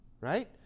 Right